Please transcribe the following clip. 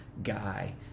guy